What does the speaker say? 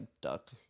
duck